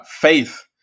faith